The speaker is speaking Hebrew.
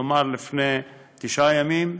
כלומר לפני תשעה ימים,